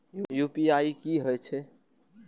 UPI की हेछे?